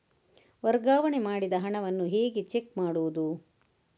ವರ್ಗಾವಣೆ ಮಾಡಿದ ಹಣವನ್ನು ಹೇಗೆ ಚೆಕ್ ಮಾಡುವುದು?